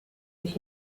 sich